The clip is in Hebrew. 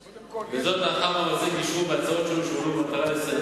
לאחר מאמצי גישור והצעות שונות שהועלו במטרה לסייע